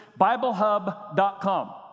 BibleHub.com